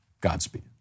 Godspeed